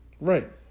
right